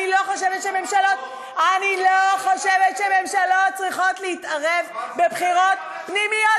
אני לא חושבת שממשלות צריכות להתערב בבחירות פנימיות,